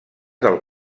del